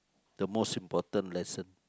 the most important lesson